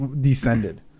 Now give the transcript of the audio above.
descended